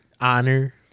honor